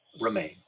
remain